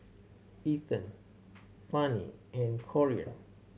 Ethen Fannie and Corean